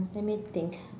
let me think